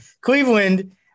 Cleveland